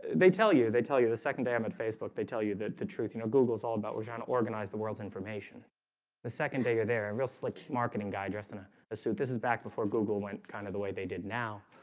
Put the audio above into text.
they tell you they tell you the second day i'm at facebook they tell you that the truth, you know google's all about. we're trying to organize the world's information the second day. are there a and real slick marketing guy dressed in ah a suit? this is back before google went kind of the way they did now